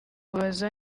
mubaza